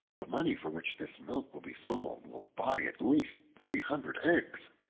the money for which this milk will be sold, will buy at least three hundred eggs.